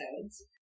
episodes